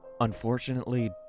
unfortunately